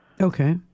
Okay